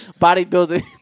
Bodybuilding